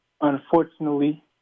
unfortunately